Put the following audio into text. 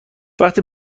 وقتی